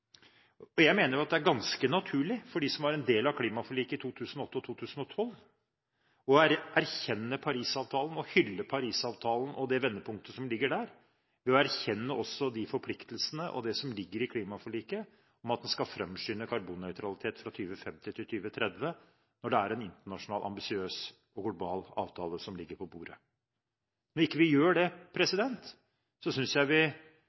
Og jeg mener det er ganske naturlig for dem som var en del av klimaforliket i 2008 og 2012, å erkjenne Paris-avtalen og hylle Paris-avtalen og det vendepunktet som ligger der, ved å erkjenne også de forpliktelsene og det som ligger i klimaforliket om at en skal fremskynde karbonnøytralitet fra 2050 til 2030, når det er en internasjonal ambisiøs avtale som ligger på bordet. Når ikke vi gjør det, så synes jeg vi